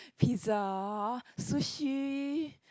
pizza sushi